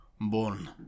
born